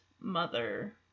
mother